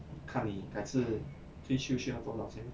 看你改次退休需要多少钱